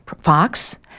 fox